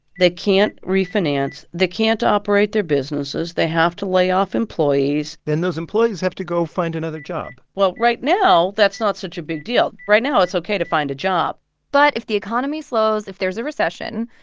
they can't refinance. they can't operate their businesses. they have to lay off employees then those employees have to go find another job well, right now that's not such a big deal. right now it's ok to find a job but if the economy slows, if there's a recession,